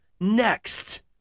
next